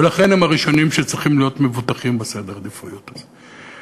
ולכן הם הראשונים שצריכים להיות מבוטחים בסדר העדיפויות הזה.